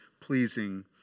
pleasing